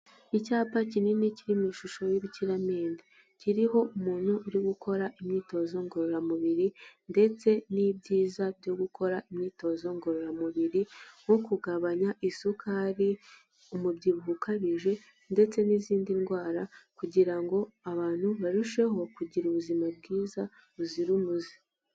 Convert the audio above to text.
Icyapa kinini kiri mu ishusho y'urukiramende. Kiriho umuntu uri gukora imyitozo ngororamubiri, ndetse n'ibyiza byo gukora imyitozo ngororamubiri, nko kugabanya isukari, umubyibuho ukabije ndetse n'izindi ndwara kugira ngo abantu barusheho kugira ubuzima bwiza, buzira umuze.